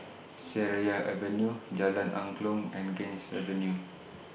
Seraya Avenue Jalan Angklong and Ganges Avenue